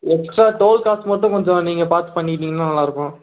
extra toll காசு மட்டும் கொஞ்சம் நீங்கள் பார்த்து பண்ணிகிட்டிங்கன்னா நல்லா இருக்கும்